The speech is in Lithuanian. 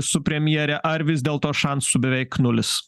su premjere ar vis dėlto šansų beveik nulis